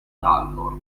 dalmor